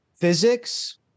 physics